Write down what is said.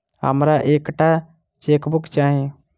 हमरा एक टा चेकबुक चाहि